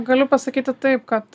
galiu pasakyti taip kad